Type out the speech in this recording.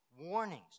warnings